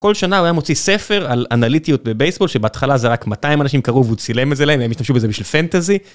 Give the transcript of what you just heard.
כל שנה הוא היה מוציא ספר על אנליטיות בבייסבול, שבהתחלה זה רק 200 אנשים קראו והוא צילם את זה להם והם השתמשו בזה בשביל פנטזי.